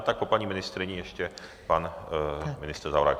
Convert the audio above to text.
Tak po paní ministryni ještě pan ministr Zaorálek.